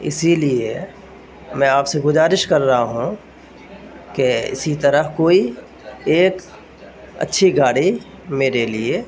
اسی لیے میں آپ سے گذارش کر رہا ہوں کہ اسی طرح کوئی ایک اچھی گاڑی میرے لیے